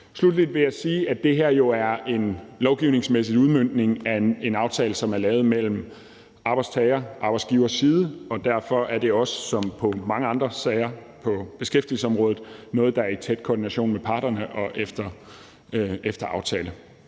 Sluttelig vil jeg sige, at det her jo er en lovgivningsmæssig udmøntning af en aftale, som er lavet mellem arbejdstager- og arbejdsgiversiden, og derfor er det også som i mange andre sager på beskæftigelsesområdet noget, der er i tæt koordination med parterne og efter aftale.